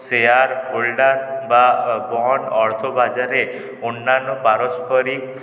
share holder বা bond অর্থ বাজারে অন্যান্য পারস্পারিক